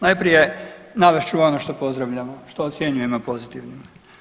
Najprije, navest ću ono što pozdravljamo, što ocjenjujemo pozitivnim.